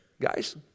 Guys